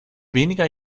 weniger